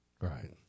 right